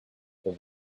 there